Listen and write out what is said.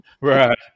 Right